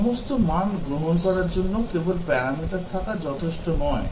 সমস্ত মান গ্রহণ করার জন্য কেবল প্যারামিটার থাকা যথেষ্ট নয়